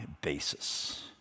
basis